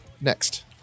next